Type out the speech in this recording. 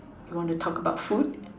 you want to talk about food